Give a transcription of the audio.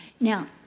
Now